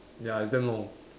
ya it's damn long